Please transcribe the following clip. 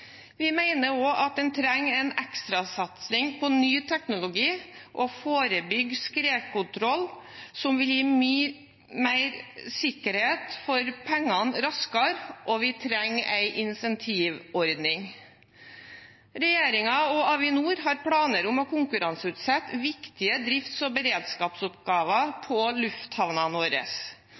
Vi mener også at en trenger en ekstrasatsing på ny teknologi og forebyggende skredkontroll som vil gi mye mer sikkerhet for pengene raskere, og vi trenger en insentivordning. Regjeringen og Avinor har planer om å konkurranseutsette viktige drifts- og beredskapsoppgaver på lufthavnene våre.